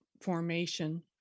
formation